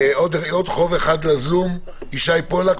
עוד חוב אחד לזום: ישי פולק,